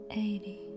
Eighty